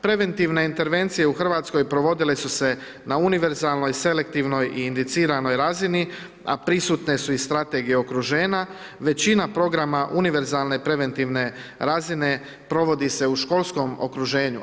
Preventivna intervenciju u Hrvatskoj provodile su se na univerzalnoj, selektivnoj i indiciranoj razini, a prisutne su i strategije okruženja, većina programa univerzalne preventivne razine, provodi se u školskom okruženju.